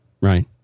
right